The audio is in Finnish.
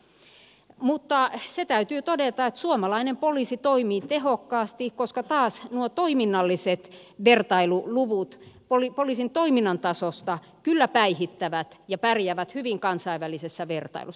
mutta se täytyy todeta että suomalainen poliisi toimii tehokkaasti koska taas nuo toiminnalliset vertailuluvut poliisin toiminnan tasosta kyllä pärjäävät hyvin kansainvälisessä vertailussa